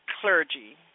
clergy